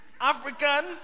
African